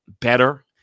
better